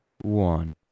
one